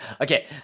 Okay